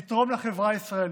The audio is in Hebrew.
לתרום לחברה הישראלית.